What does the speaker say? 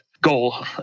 Goal